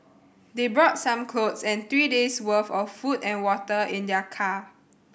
they brought some clothes and three days' work of food and water in their car